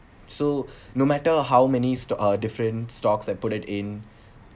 so no matter how many stock uh different stocks I put it in